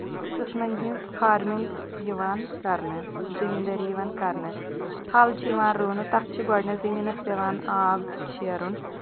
قٔسمَن ہٕنٛز فارمِنٛگ یِوان کَرنہٕ زٔمیٖن دٲری یِوان کَرنہٕ تھَل چھِ یِوان رُونہٕ تَتھ چھُ گۄڈٕنٮ۪تھ زٔمیٖنَس پٮ۪وان آب شیرُن